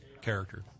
character